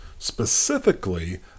Specifically